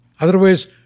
Otherwise